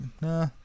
nah